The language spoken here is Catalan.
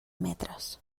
metres